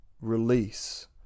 release